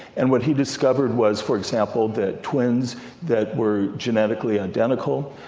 and what he discovered was for example that twins that were genetically identical,